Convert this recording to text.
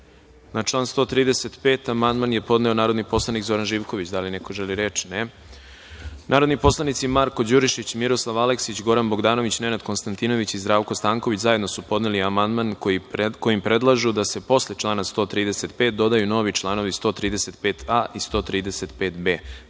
član 135. amandman je podneo narodni poslanik Zoran Živković. Da li neko želi reč? (Ne.)Narodni poslanici Marko Đurišić, Miroslav Aleksić, Goran Bogdanović, Nenad Konstantinović i Zdravko Stanković zajedno su podneli amandman kojim predlažu da se posle člana 135. dodaju novi članovi 135a. i 135b.Da